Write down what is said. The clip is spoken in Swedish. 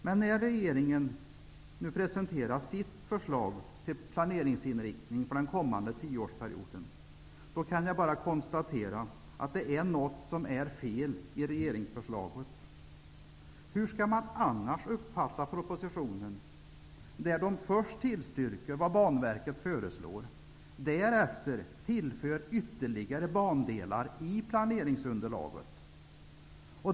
Men när regeringen nu presenterat sitt förslag till planeringsinriktning för den kommande tioårsperioden, kan jag bara konstatera att det är något som är fel i regeringsförslaget. Hur skall man annars uppfatta propositionen när man först tillstyrker vad Banverket föreslår och därefter tillför ytterligare bandelar i planeringsunderlaget.